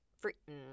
free